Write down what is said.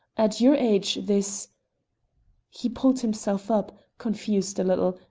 at your age this he pulled himself up, confused a little,